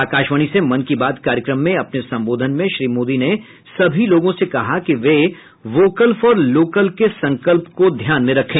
आकाशवाणी से मन की बात कार्यक्रम में अपने सम्बोधन में श्री मोदी ने सभी लोगों से कहा कि वे वोकल फॉर लोकल के संकल्प को ध्यान में रखें